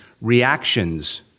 Reactions